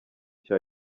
cya